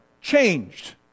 changed